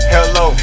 Hello